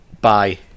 bye